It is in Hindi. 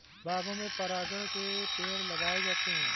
बागों में परागकण के पेड़ लगाए जाते हैं